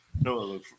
No